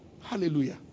Hallelujah